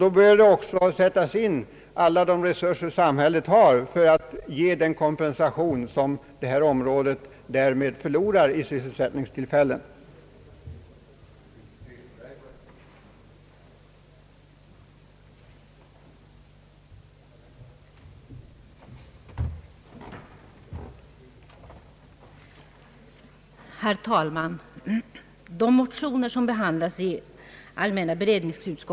Då bör alla samhällets resurser sättas in för att åstadkomma kompensation för vad man i detta område förlorar i fråga om sysselsättningstillfällen om en utbyggnad inte anses bör komma till stånd.